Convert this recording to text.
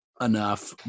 enough